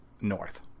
north